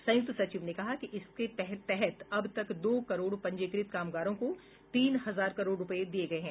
संयुक्त सचिव ने कहा कि इसके तहत अब तक दो करोड़ पंजीकृत कामगारों को तीन हजार करोड़ रुपये दिये गये हैं